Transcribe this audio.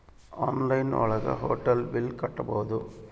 online ಒಳಗ hotel bill ಕಟ್ಬೋದು